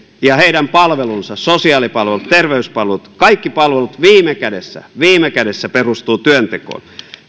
ja heidän palvelunsa sosiaalipalvelut terveyspalvelut kaikki palvelut viime kädessä viime kädessä perustuvat työntekoon